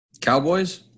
Cowboys